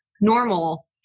normal